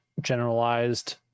generalized